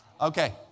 Okay